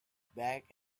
back